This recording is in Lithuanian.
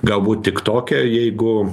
galbūt tik toke jeigu